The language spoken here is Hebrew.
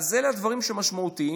אלה דברים משמעותיים.